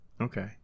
okay